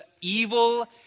evil